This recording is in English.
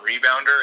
rebounder